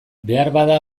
beharbada